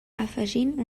afegint